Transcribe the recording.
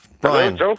Brian